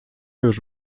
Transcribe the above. już